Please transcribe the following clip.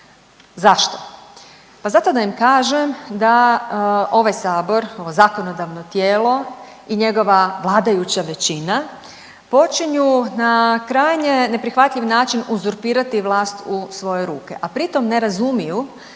Zašto? Pa zato da im kažem da ovaj Sabor, ovo zakonodavno tijelo i njegova vladajuća većina počinju na krajnje neprihvatljiv način uzurpirati vlast u svoje ruke, a pri tom ne razumiju